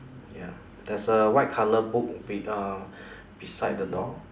ya there's a white color book be~ um beside the door